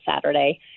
Saturday